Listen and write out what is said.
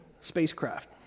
spacecraft